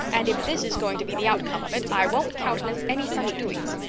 and if this is going to be the outcome of it, i won't countenance any such doings.